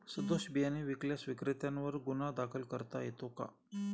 सदोष बियाणे विकल्यास विक्रेत्यांवर गुन्हा दाखल करता येतो का?